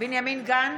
בנימין גנץ,